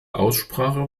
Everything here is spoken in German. aussprache